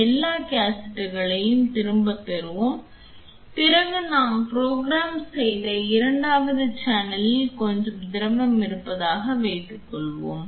எல்லா கேசட்டுகளையும் திரும்பப் பெறுவோம் பிறகு நான் புரோகிராம் செய்த இரண்டாவது சேனலில் கொஞ்சம் திரவம் இருப்பதாக வைத்துக்கொள்வோம்